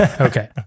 Okay